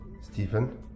Stephen